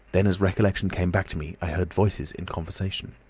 then, as recollection came back to me, i heard voices in conversation.